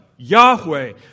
Yahweh